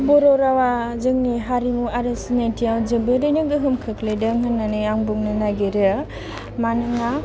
बर' रावा जोंनि हारिमु आरो सिनायथियाव जोबोरैनो गोहोम खोख्लैदों होननानै आं बुंनो नागिरो मानोना